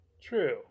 True